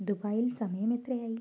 ദുബായിൽ സമയമെത്രയായി